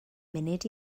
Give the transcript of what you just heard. munud